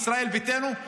ישראל ביתנו,